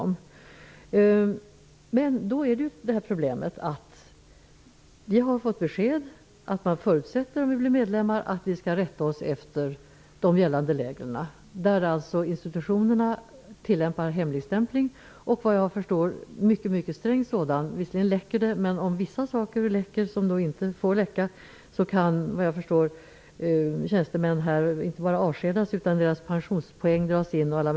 Men då är problemet att vi har fått besked att vi, under förutsättning att vi blir medlemmar, skall rätta oss efter de gällande reglerna. Institutionerna tillämpar alltså hemligstämpling och såvitt jag förstår en mycket sträng sådan. Visserligen läcker det. Men om vissa saker läcker som inte får läcka, kan tjänstemän inte bara avskedas utan deras pensionspoäng dras in etc.